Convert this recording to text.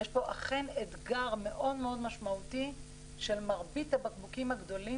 יש פה אכן אתגר מאוד מאוד משמעותי שמרבית הבקבוקים הגדולים,